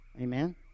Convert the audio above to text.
Amen